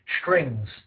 strings